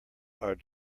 are